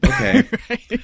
okay